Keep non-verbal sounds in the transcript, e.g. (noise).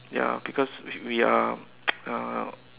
ya because we we are (noise) uh